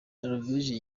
noruveje